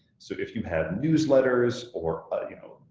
so if you have newsletters or other, you know,